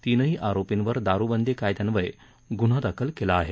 तीनही आरोपींवर दारुबंदी कायद्यान्वये गुन्हा दाखल केला आहे